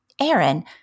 Aaron